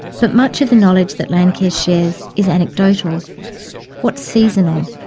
but much of the knowledge that landcare shares is anecdotal what's seasonal,